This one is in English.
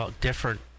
different